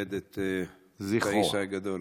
לכבד את האיש הגדול.